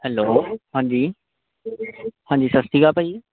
hello ਹਾਂਜੀ ਹਾਂਜੀ ਸਤਿ ਸ਼੍ਰੀ ਅਕਾਲ ਭਾਅ ਜੀ